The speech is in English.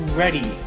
ready